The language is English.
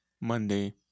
Monday